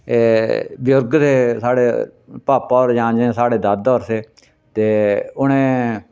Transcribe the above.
एह् बजुर्ग थे साढ़े पापा होर जां जियां साढ़े दादा होर हे थे ते उ'नें